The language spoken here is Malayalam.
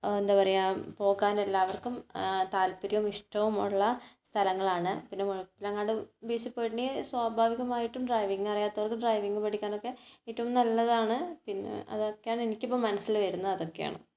എന്താ പറയുക പോകാൻ എല്ലാവർക്കും താത്പര്യവും ഇഷ്ടവും ഉള്ള സ്ഥലങ്ങളാണ് പിന്നെ മുഴുപ്പിലങ്ങാടി ബീച്ചിൽ പോയിട്ടുണ്ടെ സ്വാഭാവികമായിട്ടും ഡ്രൈവിംഗ് അറിയാത്തവർക്ക് ഡ്രൈവിംഗ് പഠിക്കാൻ ഒക്കെ ഏറ്റവും നല്ലതാണ് പിന്നെ അതൊക്കെയാണ് എനിക്കിപ്പോൾ മനസ്സിൽ വരുന്നത് അതൊക്കെയാണ്